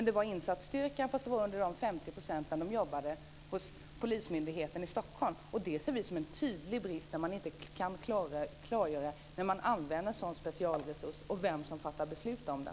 Det var insatsstyrkan fastän det var under de 50 procenten som jobbade hos Polismyndigheten i Stockholm. Det ser vi som en tydlig brist att man inte kan klargöra när man använder en sådan specialresurs och vem som fattar beslut om det.